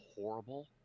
horrible